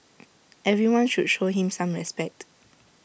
everyone should show him some respect